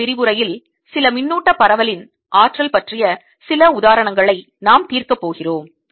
அடுத்த விரிவுரையில் சில மின்னூட்ட பரவலின் ஆற்றல் பற்றிய சில உதாரணங்களை நாம் தீர்க்கப் போகிறோம்